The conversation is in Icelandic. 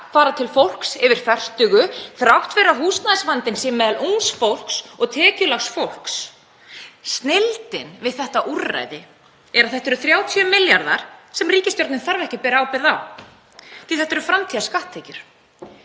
fara til fólks yfir fertugu þrátt fyrir að húsnæðisvandinn sé meðal ungs fólks og tekjulágs fólks. Snilldin við þetta úrræði er að þetta eru 30 milljarðar sem ríkisstjórnin þarf ekki að bera ábyrgð á því að þetta eru framtíðarskatttekjur.